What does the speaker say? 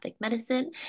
Medicine